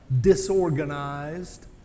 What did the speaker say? disorganized